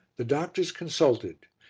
the doctors consulted,